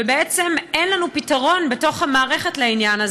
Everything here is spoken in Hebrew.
ובעצם אין לנו פתרון בתוך המערכת לעניין הזה.